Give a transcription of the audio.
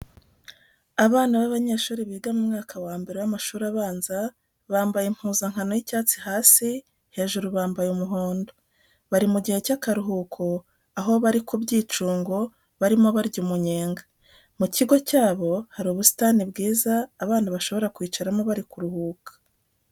Abana b'abanyeshuri biga mu mwaka wa mbere w'amashuri abanza bambaye impuzankano y'icyatsi hasi, hejuru bambaye umuhondo. Bari mu gihe cy'akaruhuko aho bari ku byicungo barimo barya umunyega. Mu kigo cyabo harimo ubusitani bwiza abana bashobora kwicaramo bari kuruhuka.